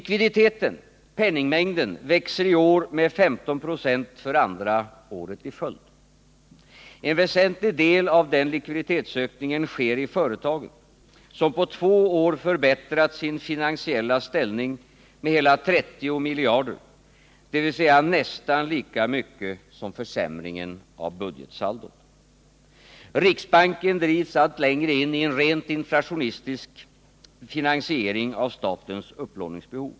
Likviditeten, penningmängden, växer i år med 15 96 för andra året i följd. En väsentlig del av den likviditetsökningen sker i företagen, som på två år förbättrat sin finansiella ställning med hela 30 miljarder, dvs. nästan lika mycket som försämringen av budgetsaldot. Riksbanken drivs allt längre in i en rent inflationistisk finansiering av statens upplåningsbehov.